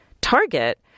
target